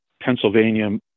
Pennsylvania